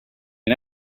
can